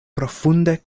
profunde